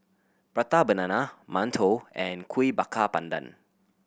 Prata Banana mantou and Kuih Bakar Pandan